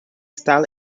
style